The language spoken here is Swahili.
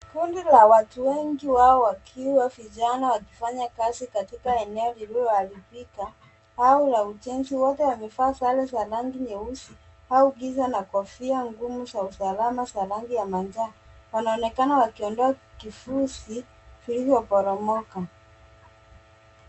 Kundi la watu wengi, wao wakiwa vijana wakifanya kazi katika eneo lililoharibika au la ujenzi. Wote wamevaa sare za rangi nyeusi au giza na kofia ngumu za usalama za rangi ya manjano. Wanaonekana wakiondoa kifusi vilivyoporomoka.